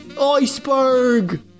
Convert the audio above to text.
Iceberg